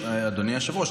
אדוני היושב-ראש,